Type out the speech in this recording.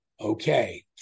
Okay